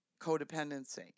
codependency